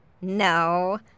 no